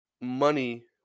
money